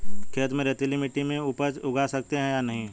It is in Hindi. खेत में रेतीली मिटी में उपज उगा सकते हैं या नहीं?